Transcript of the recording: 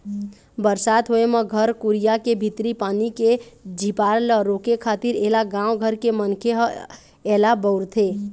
बरसात होय म घर कुरिया के भीतरी पानी के झिपार ल रोके खातिर ऐला गाँव घर के मनखे ह ऐला बउरथे